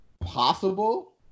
possible